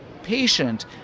Patient